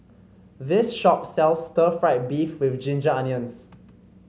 this shop sells Stir Fried Beef with Ginger Onions